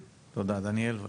תודה, דניאל בבקשה.